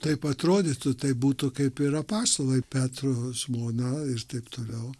taip atrodytų tai būtų kaip yra pasalai petro žmona ir taip toliau